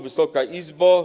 Wysoka Izbo!